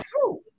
true